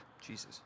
Jesus